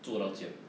做都这样